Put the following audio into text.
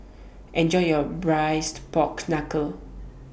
Enjoy your Braised Pork Knuckle